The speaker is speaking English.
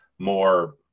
more